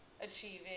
achieving